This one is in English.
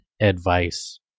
Advice